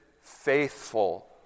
faithful